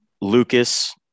Lucas